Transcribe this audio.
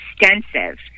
extensive